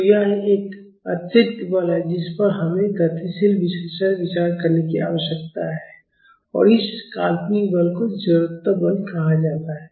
तो यह एक अतिरिक्त बल है जिस पर हमें गतिशील विश्लेषण में विचार करने की आवश्यकता है और इस काल्पनिक बल को जड़त्व बल कहा जाता है